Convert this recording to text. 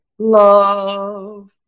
Love